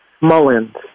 Mullins